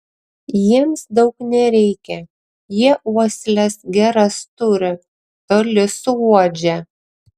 jiems daug nereikia jie uosles geras turi toli suuodžia